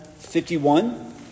51